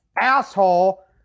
asshole